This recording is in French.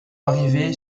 arrivé